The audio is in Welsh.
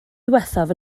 ddiwethaf